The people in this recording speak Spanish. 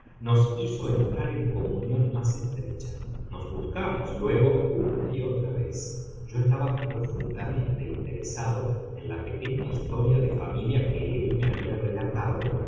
nos hizo entrar en comunión más estrecha nos buscamos luego una y otra vez yo estaba profundamente interesado en la pequeña historia de familia que él me había relatado